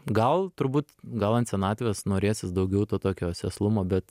gal turbūt gal ant senatvės norėsis daugiau to tokio sėslumo bet